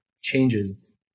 changes